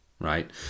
right